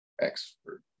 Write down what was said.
expert